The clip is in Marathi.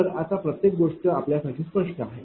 तर आता प्रत्येक गोष्ट आपल्यासाठी स्पष्ट आहे